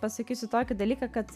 pasakysiu tokį dalyką kad